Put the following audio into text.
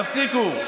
תפסיקו.